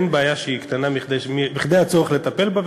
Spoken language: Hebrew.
אין בעיה שהיא קטנה מכדי הצורך לטפל בה,